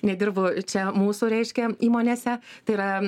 nedirbu čia mūsų reiškia įmonėse tai yra